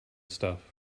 stuff